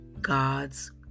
God's